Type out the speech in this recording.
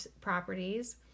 properties